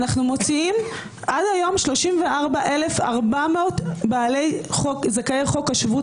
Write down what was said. אנחנו הוצאנו עד היום 34,400 זכאי חוק השבות,